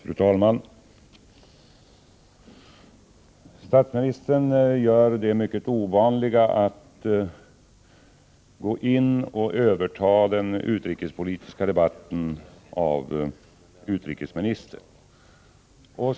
Fru talman! Statsministern gör det mycket ovanliga att överta den utrikespolitiska debatten från utrikesministern.